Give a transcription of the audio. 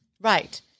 Right